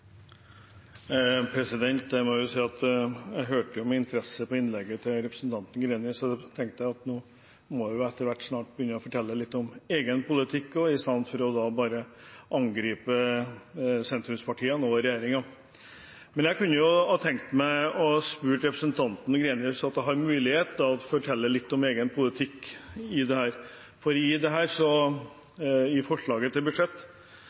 Jeg må si at jeg hørte med interesse på innlegget til representanten Greni. Så tenkte jeg at nå må hun vel etter hvert kunne fortelle litt om egen politikk også i stedet for bare å angripe sentrumspartiene og regjeringen. Jeg kan tenke meg å spørre representanten Greni så hun får mulighet til å fortelle litt om egen politikk. I forslaget til budsjett foreslår Senterpartiet å kutte i det